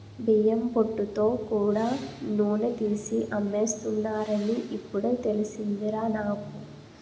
బియ్యం పొట్టుతో కూడా నూనె తీసి అమ్మేస్తున్నారని ఇప్పుడే తెలిసిందిరా నాకు